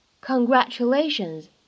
Congratulations